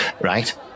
Right